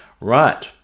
right